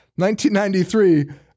1993